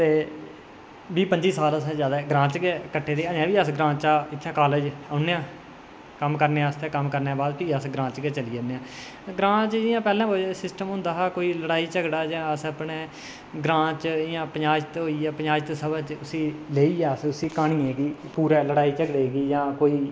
बीह् पंजी साल असें ग्रांऽ च गै कट्टे दे न अजें बी अस ग्रांऽ दा कॉलेज़ औने आं कम्म कतरने आस्तै कम्म करने दे बाद भी अस ग्रांऽ च गै चली जन्ने आं ते ग्रांऽ च जियां पैह्लें कोई सिस्टम होंदा हा लड़ाई झगड़ा जां अस अपने ग्रांऽ च जां पचायत सभा च उसी लेइयै अस उसी क्हानियै गी पूरा लड़ाई झगड़ा गी जां कोई